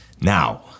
Now